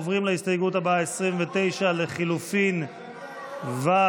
עוברים להסתייגות 29 לחלופין ה'